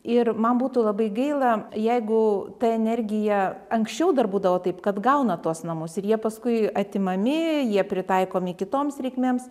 ir man būtų labai gaila jeigu ta energija anksčiau dar būdavo taip kad gauna tuos namus ir jie paskui atimami jie pritaikomi kitoms reikmėms